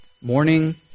Morning